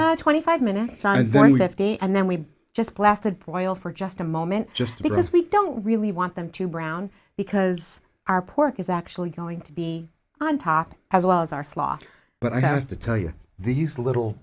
about twenty five minutes and then we get the and then we just blasted poil for just a moment just because we don't really want them to brown because our pork is actually going to be on top as well as our slaw but i have to tell you these little